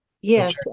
Yes